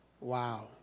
Wow